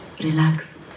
relax